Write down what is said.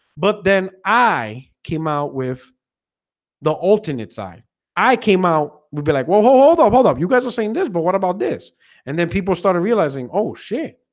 but then i came out with the alternate side i came out would be like, whoa hold up you guys are saying this but what about this and then people started realizing? oh shit